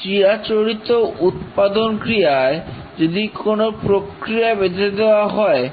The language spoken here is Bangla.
চিরাচরিত উৎপাদনক্রিয়ায় যদি কোন প্রক্রিয়া বেঁধে দেওয়া হয়